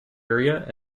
area